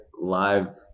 live